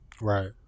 Right